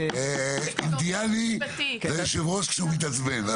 אינדיאני, זה יושב הראש כשהוא מתעצבן.